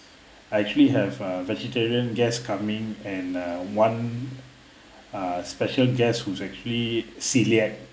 I actually have a vegetarian guest coming and uh one special guest who's actually celiac